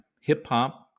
hip-hop